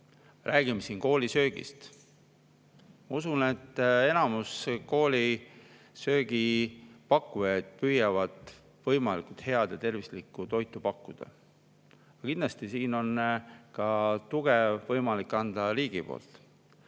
räägime koolisöögist. Ma usun, et enamus koolisöögi pakkujaid püüavad võimalikult head ja tervislikku toitu pakkuda, aga kindlasti on tuge võimalik anda ka riigi poolt.